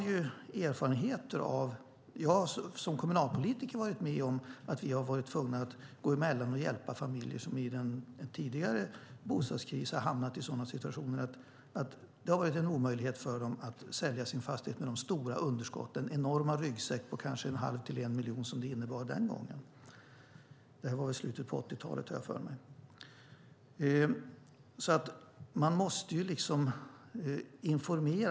Jag som kommunalpolitiker har varit med om att vi har varit tvungna att gå emellan och hjälpa familjer som under den tidigare bostadskrisen hamnat i sådana situationer att det har varit omöjligt för dem att sälja sina fastigheter som dras med stora underskott - enorma ryggsäckar på en halv till en miljon kronor som det innebar den gången. Jag har för mig att det var i slutet av 80-talet.